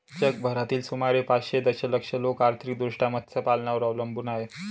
जगभरातील सुमारे पाचशे दशलक्ष लोक आर्थिकदृष्ट्या मत्स्यपालनावर अवलंबून आहेत